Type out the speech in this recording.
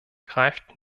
greift